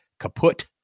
kaput